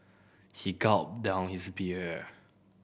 he gulped down his beer